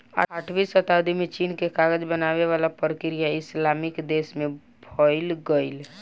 आठवीं सताब्दी में चीन के कागज बनावे वाला प्रक्रिया इस्लामिक देश में फईल गईल